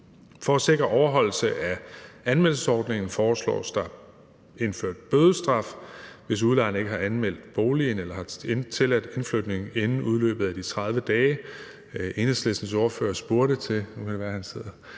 For at sikre overholdelse af anmeldelsesordningen foreslås der indført bødestraf, hvis udlejeren ikke har anmeldt boligen eller har tilladt indflytning inden udløbet af de 30 dage. Enhedslistens ordfører spurgte til